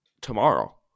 Tomorrow